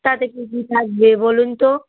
তাতে কী কী থাকবে বলুন তো